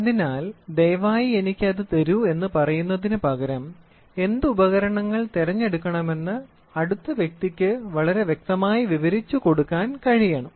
അതിനാൽ ദയവായി എനിക്ക് അത് തരൂ എന്ന് പറയുന്നതിനുപകരം എന്ത് ഉപകരണങ്ങൾ തിരഞ്ഞെടുക്കണമെന്ന് അടുത്ത വ്യക്തിക്ക് വളരെ വ്യക്തമായി വിവരിച്ചു കൊടുക്കാൻ കഴിയണം